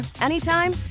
anytime